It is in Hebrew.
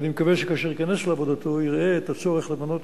ואני מקווה שכאשר הוא ייכנס לעבודתו הוא יראה את הצורך למנות